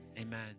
amen